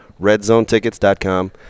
redzonetickets.com